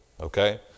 Okay